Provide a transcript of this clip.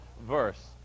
verse